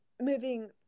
moving